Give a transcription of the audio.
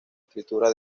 escritura